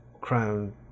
crown